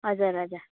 हजुर हजुर